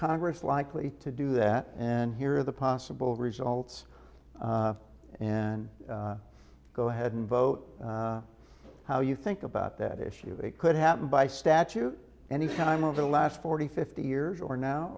congress likely to do that and here are the possible results and go ahead and vote how you think about that issue it could happen by statute any time over the last forty fifty years or now